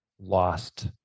lost